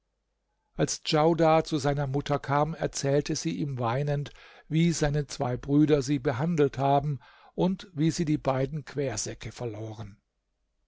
als djaudar zu seiner mutter kam erzählte sie ihm weinend wie seine zwei brüder sie behandelt haben und wie sie die beiden quersäcke verloren